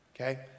okay